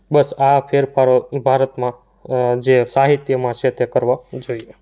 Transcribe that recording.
બસ આ ફેરફારો ભારતમાં જે સાહિત્યમાં છે તે કરવા જોઈએ